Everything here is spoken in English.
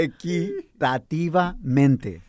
Equitativamente